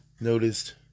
noticed